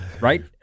right